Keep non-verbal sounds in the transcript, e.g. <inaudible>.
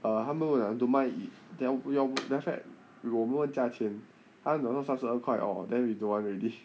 uh 他们问 uh don't mind <noise> then after that 我们问价钱他们讲是三十二块 uh then we don't want already